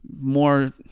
more